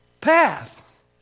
path